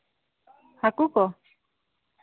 ᱦᱟᱹᱠᱩ ᱠᱚ